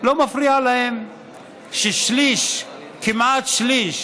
לא מפריע להם שכמעט שליש